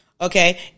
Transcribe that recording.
Okay